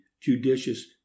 judicious